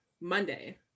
monday